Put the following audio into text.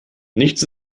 nichts